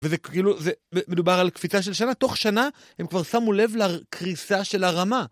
וזה כאילו, מדובר על קפיצה של שנה, תוך שנה הם כבר שמו לב לקריסה של הרמה.